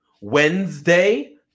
Wednesday